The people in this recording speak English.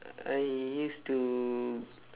I used to